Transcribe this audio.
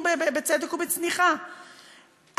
הוא בצמיחה,